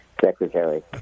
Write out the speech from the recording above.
secretary